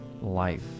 life